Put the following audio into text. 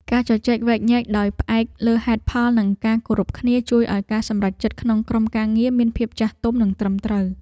ការជជែកវែកញែកដោយផ្អែកលើហេតុផលនិងការគោរពគ្នា ជួយឱ្យការសម្រេចចិត្តក្នុងក្រុមការងារមានភាពចាស់ទុំនិងត្រឹមត្រូវ។